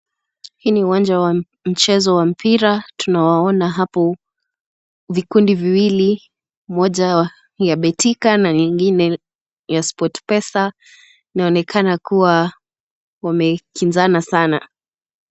Hii ni wanja wa mchezo wa mpira. Tunawaona hapo vikundi viwili. Mmoja ya Betika na nyingine ya Sportpesa. Inaonekana kuwa wamekinzana sana.